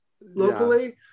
locally